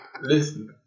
listen